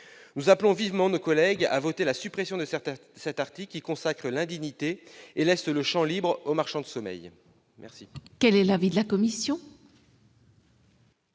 Nous appelons vivement nos collègues à voter la suppression de cet article, qui consacre l'indignité et laisse le champ libre aux marchands de sommeil.